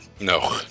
No